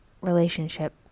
relationship